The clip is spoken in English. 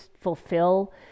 fulfill